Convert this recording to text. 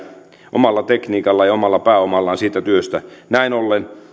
omalla tekniikallaan ja omalla pääomallaan siitä työstä näin ollen